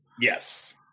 Yes